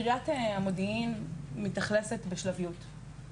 קריית המודיעין מתאכלסת בשלבים,